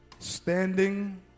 standing